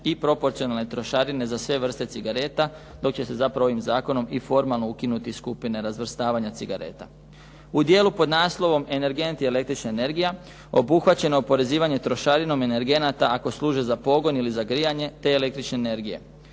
i proporcionalne trošarine za sve vrste cigarete, dok će se zapravo ovim zakonom i formalno ukinuti skupine razvrstavanja cigareta. U dijelu pod naslovom "Energenti i električna energija" obuhvaćeno je oporezivanje trošarinom energenata ako služe za pogon ili za grijanje te električne energije.